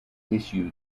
issue